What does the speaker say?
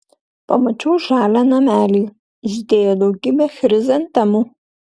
pamačiau žalią namelį žydėjo daugybė chrizantemų